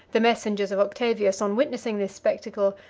the messengers of octavius, on witnessing this spectacle,